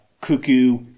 cuckoo